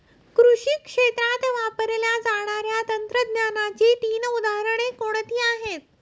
कृषी क्षेत्रात वापरल्या जाणाऱ्या तंत्रज्ञानाची तीन उदाहरणे कोणती आहेत?